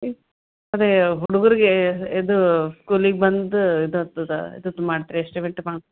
ಹ್ಞು ಅದೇ ಹುಡುಗರ್ಗೆ ಇದು ಸ್ಕೂಲಿಗೆ ಬಂದು ಇದು ಆಗ್ತದಾ ಇದು ಮಾಡ್ತೀರಾ ಎಸ್ಟಿಮೇಟ್ ಮಾಡಿ